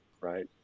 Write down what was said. right